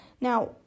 Now